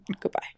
goodbye